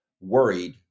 worried